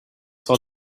saw